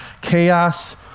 chaos